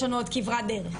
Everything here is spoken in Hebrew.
יש לנו עוד כברת דרך.